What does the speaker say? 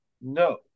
no